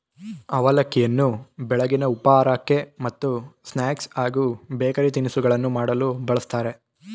ಅವಲಕ್ಕಿಯನ್ನು ಬೆಳಗಿನ ಉಪಹಾರಕ್ಕೆ ಮತ್ತು ಸ್ನಾಕ್ಸ್ ಹಾಗೂ ಬೇಕರಿ ತಿನಿಸುಗಳನ್ನು ಮಾಡಲು ಬಳ್ಸತ್ತರೆ